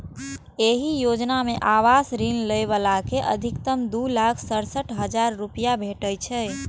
एहि योजना मे आवास ऋणक लै बला कें अछिकतम दू लाख सड़सठ हजार रुपैया भेटै छै